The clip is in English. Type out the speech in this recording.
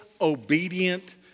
obedient